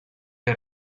que